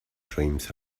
dreams